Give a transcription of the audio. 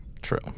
True